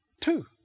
Two